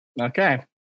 Okay